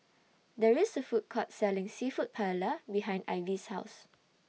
There IS A Food Court Selling Seafood Paella behind Ivy's House